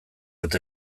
bat